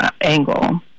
angle